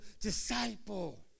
disciple